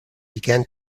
began